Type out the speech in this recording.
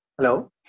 Hello